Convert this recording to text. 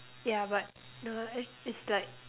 yeah but nah it's it's like